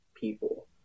people